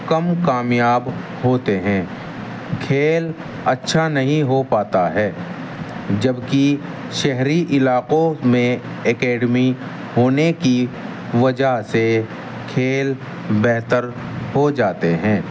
کم کامیاب ہوتے ہیں کھیل اچھا نہیں ہو پاتا ہے جبکہ شہری علاقوں میں اکیڈمی ہونے کی وجہ سے کھیل بہتر ہو جاتے ہیں